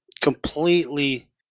completely